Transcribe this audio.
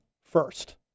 first